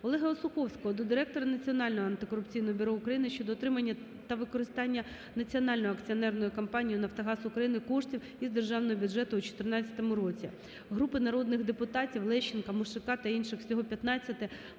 Олега Осуховського до директора Національного антикорупційного бюро України щодо отримання та використання Національною акціонерною компанією "Нафтогаз України" коштів із державного бюджету у 2014 році. Групи народних депутатів (Лещенка, Мушака та інших, всього 15)